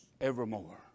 evermore